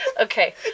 Okay